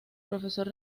profesor